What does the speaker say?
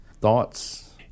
thoughts